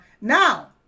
Now